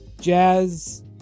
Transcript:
Jazz